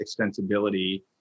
extensibility